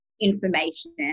information